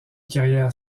carrière